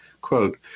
Quote